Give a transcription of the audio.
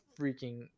freaking